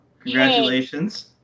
Congratulations